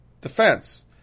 defense